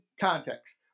context